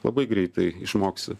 labai greitai išmoksi